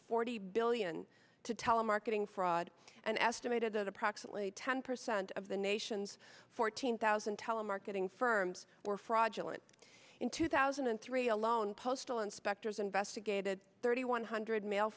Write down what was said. forty billion to telemarketing fraud an estimated approximately ten percent of the nation's fourteen thousand telemarketing firms were fraudulent in two thousand and three alone postal inspectors investigated thirty one hundred ma